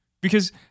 because-